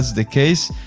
the case,